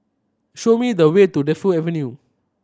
show me the way to Defu Avenue